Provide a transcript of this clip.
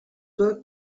were